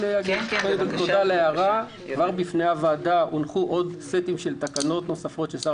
בפני הוועדה הונחו עוד סטים של תקנות נוספות ששר